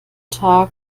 tag